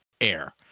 air